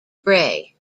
grey